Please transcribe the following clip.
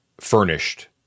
furnished